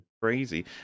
crazy